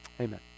Amen